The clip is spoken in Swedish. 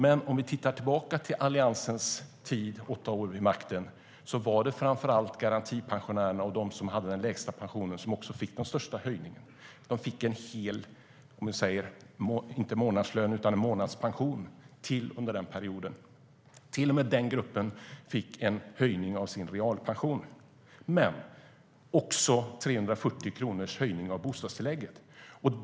Men om vi tittar tillbaka på Alliansens tid och åtta år vid makten ser vi att det framför allt var garantipensionärerna och de som hade den lägsta pensionen som fick den största höjningen. De fick en hel inte månadslön utan månadspension till under den perioden. Till och med den gruppen fick en höjning av sin realpension - men också 340 kronors höjning av bostadstillägget.